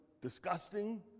disgusting